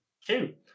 Two